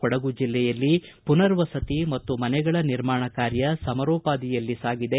ಕೊಡಗು ಜಲ್ಲೆಯಲ್ಲಿ ಪುನರ್ ವಸತಿ ಮತ್ತು ಮನೆಗಳ ನಿರ್ಮಾಣ ಕಾರ್ಯ ಸಮರೋಪಾದಿಯಲ್ಲಿ ಸಾಗಿದೆ